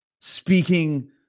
speaking